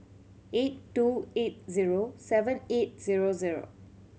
eight two eight zero seven eight zero zero